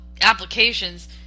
applications